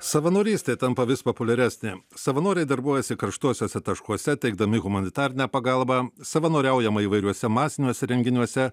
savanorystė tampa vis populiaresnė savanoriai darbuojasi karštuosiuose taškuose teikdami humanitarinę pagalbą savanoriaujama įvairiuose masiniuose renginiuose